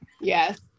Yes